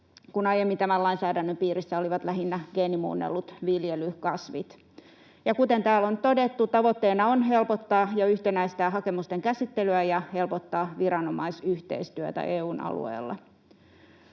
kun aiemmin tämän lainsäädännön piirissä olivat lähinnä geenimuunnellut viljelykasvit. Ja kuten täällä on todettu, tavoitteena on helpottaa ja yhtenäistää hakemusten käsittelyä ja helpottaa viranomaisyhteistyötä EU:n alueella.